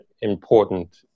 important